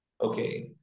okay